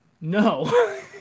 No